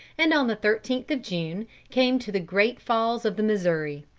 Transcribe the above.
and on the thirteenth of june came to the great falls of the missouri.